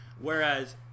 Whereas